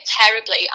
terribly